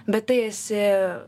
bet tai esi